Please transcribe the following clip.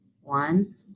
one